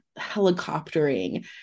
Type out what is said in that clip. helicoptering